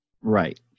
Right